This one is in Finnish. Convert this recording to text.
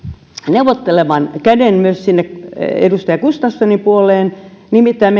neuvottelevan käden edustaja gustafssonin puoleen nimittäin